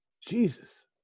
Jesus